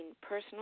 personal